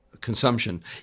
consumption